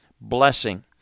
blessing